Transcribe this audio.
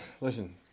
Listen